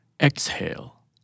exhale